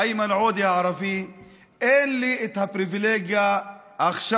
איימן עודה הערבי, אין לי את הפריבילגיה עכשיו